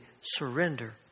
surrender